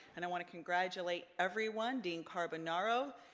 and i want to congratulate everyone, dean carbonaro,